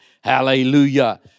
Hallelujah